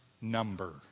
number